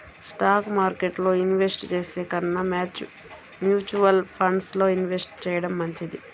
stock మార్కెట్టులో invest చేసే కన్నా మ్యూచువల్ ఫండ్స్ లో ఇన్వెస్ట్ చెయ్యడం మంచిది